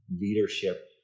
leadership